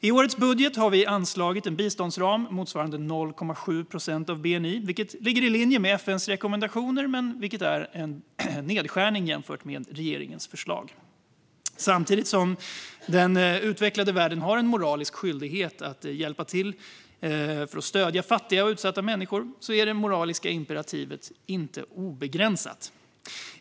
I årets budget har vi anslagit en biståndsram på motsvarande 0,7 procent av bni, vilket ligger i linje med FN:s rekommendationer men som innebär en nedskärning jämfört med regeringens förslag. Samtidigt som den utvecklade världen har en moralisk skyldighet att hjälpa till för att stödja fattiga och utsatta människor är det moraliska imperativet inte obegränsat.